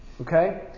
Okay